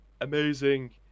amazing